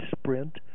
sprint